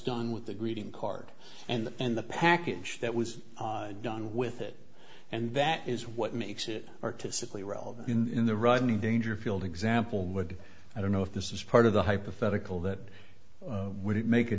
done with the greeting card and in the package that was done with it and that is what makes it artistically relevant in the rodney dangerfield example would i don't know if this is part of the hypothetical that wouldn't make a